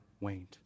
waned